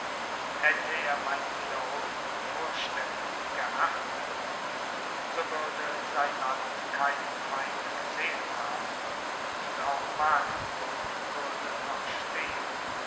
hätte er meine wiederholten vorstellungen geachtet so würde sein land keinen feind gesehen haben und auch magdeburg würde noch stehen